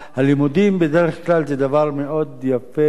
בדרך כלל, הלימודים הם דבר מאוד יפה.